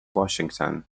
washington